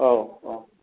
औ औ